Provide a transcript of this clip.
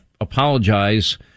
apologize